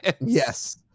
Yes